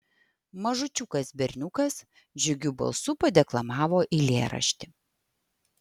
mažučiukas berniukas džiugiu balsu padeklamavo eilėraštį